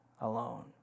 alone